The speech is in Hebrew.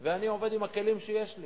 ואני עובד עם הכלים שיש לי